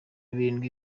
birindwi